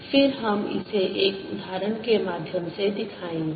फिर हम इसे एक उदाहरण के माध्यम से दिखाएंगे